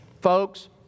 Folks